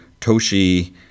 Toshi